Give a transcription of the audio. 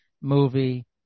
movie